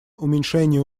уменьшения